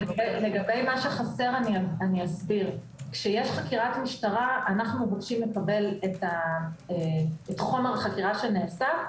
לגבי מה שחסר - כשיש חקירת משטרה אנו דורשים לקבל את חומר החקירה שנעשה,